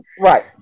Right